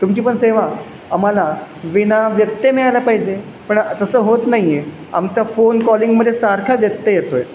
तुमची पण सेवा आम्हाला विनाव्यत्यय मिळायला पाहिजे पण तसं होत नाही आहे आमचा फोन कॉलिंगमध्ये सारखा व्यत्यय येतो आहे